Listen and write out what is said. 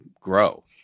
grow